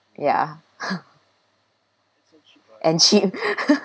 ya and cheap